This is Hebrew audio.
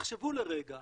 תחשבו לרגע